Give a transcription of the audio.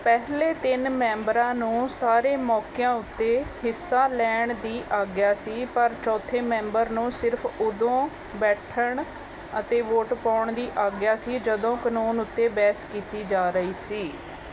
ਪਹਿਲੇ ਤਿੰਨ ਮੈਂਬਰਾਂ ਨੂੰ ਸਾਰੇ ਮੌਕਿਆਂ ਉੱਤੇ ਹਿੱਸਾ ਲੈਣ ਦੀ ਆਗਿਆ ਸੀ ਪਰ ਚੌਥੇ ਮੈਂਬਰ ਨੂੰ ਸਿਰਫ਼ ਉਦੋਂ ਬੈਠਣ ਅਤੇ ਵੋਟ ਪਾਉਣ ਦੀ ਆਗਿਆ ਸੀ ਜਦੋਂ ਕਾਨੂੰਨ ਉੱਤੇ ਬਹਿਸ ਕੀਤੀ ਜਾ ਰਹੀ ਸੀ